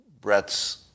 Brett's